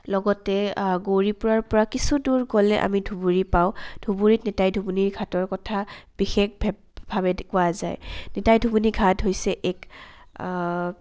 লগতে গৌৰীপুৰৰ পৰা কিছুদূৰ গ'লে আমি ধুবুৰী পাওঁ ধুবুৰীত নিতাই ধুবুনিৰ ঘাটৰ কথা বিশেষেভাৱে কোৱা যায় নিতাই ধুবুনি ঘাট হৈছে এক